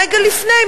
רגע לפני,